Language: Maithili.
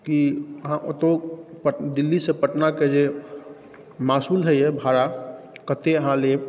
कि अहाँ ओतहु दिल्लीसँ पटनाके जे मासूल होइए भाड़ा कते अहाँ लेब